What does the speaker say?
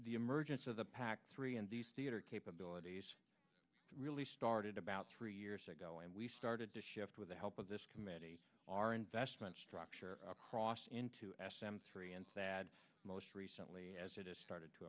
the emergence of the pac three and these theater capabilities really started about three years ago and we started to shift with the help of this committee our investment structure cross into s m three and sad most recently as it has started to